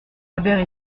albert